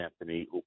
Anthony